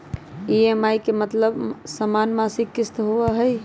EMI के मतलब समान मासिक किस्त होहई?